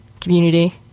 community